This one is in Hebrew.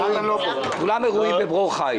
אולם אירועים בברור חיל.